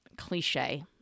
cliche